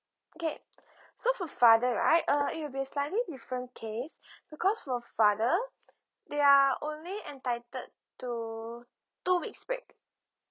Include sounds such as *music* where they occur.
okay *breath* so for father right uh it'll be a slightly different case *breath* because for father they are only entitled to two weeks break